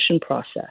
process